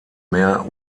mehr